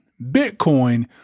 Bitcoin